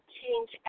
change